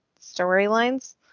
storylines